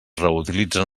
reutilitzen